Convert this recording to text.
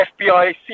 FBI